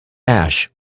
ash